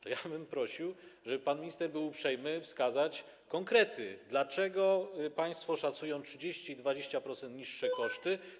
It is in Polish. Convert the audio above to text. To ja bym prosił, żeby pan minister był uprzejmy wskazać konkrety: Dlaczego państwo szacują o 30% i 20% niższe koszty?